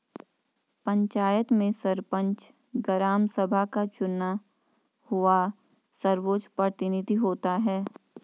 पंचायत में सरपंच, ग्राम सभा का चुना हुआ सर्वोच्च प्रतिनिधि होता है